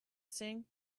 sing